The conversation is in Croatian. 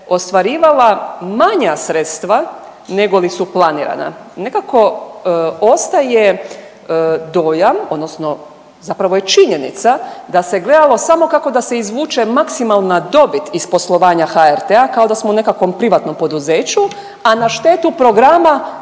ostvarivala manja sredstva negoli su planirana. Nekako ostaje dojam odnosno zapravo je činjenica da se gledalo samo kako da se izvuče maksimalna dobit iz poslovanja HRT-a kao da smo u nekakvom privatnom poduzeću, a na štetu programa